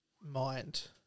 mind